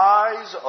eyes